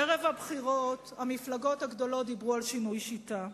ערב הבחירות המפלגות הגדולות דיברו על שינוי שיטה.